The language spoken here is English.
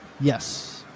Yes